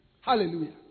Hallelujah